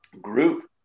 group